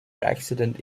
accident